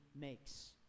makes